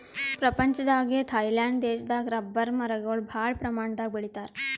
ಪ್ರಪಂಚದಾಗೆ ಥೈಲ್ಯಾಂಡ್ ದೇಶದಾಗ್ ರಬ್ಬರ್ ಮರಗೊಳ್ ಭಾಳ್ ಪ್ರಮಾಣದಾಗ್ ಬೆಳಿತಾರ್